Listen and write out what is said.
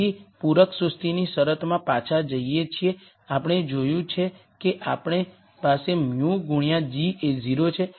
તેથી પૂરક સુસ્તીની શરતમાં પાછા જઈએ છીએ આપણે જોયું છે કે આપણી પાસે μ ગુણ્યા g એ 0 છે